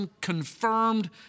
confirmed